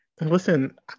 Listen